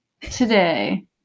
today